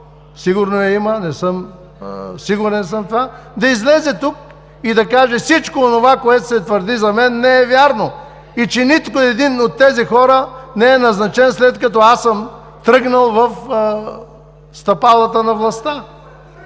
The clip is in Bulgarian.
Сигурно я има, сигурен съм в това, да излезе тук и да каже: „всичко онова, което се твърди за мен, не е вярно и че нито един от тези хора не е назначен, след като аз съм тръгнал в стъпалата на властта“.